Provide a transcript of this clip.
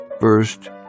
first